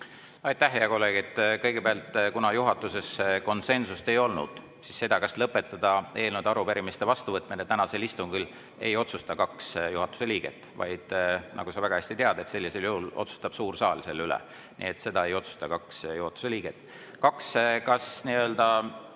Aitäh, hea kolleeg! Kõigepealt, kuna juhatuses konsensust ei olnud, siis seda, kas lõpetada eelnõude ja arupärimiste vastuvõtmine tänasel istungil, ei otsusta kaks juhatuse liiget, vaid nagu sa väga hästi tead, sellisel juhul otsustab suur saal selle üle. Nii et seda ei otsusta kaks juhatuse liiget. Kas see on lahendus